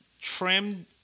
trimmed